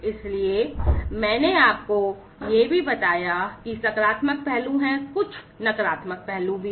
इसलिए मैंने आपको यह बताया कि सकारात्मक पहलू हैं कुछ नकारात्मक पहलू भी हैं